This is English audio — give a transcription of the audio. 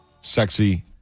sexy